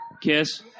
Kiss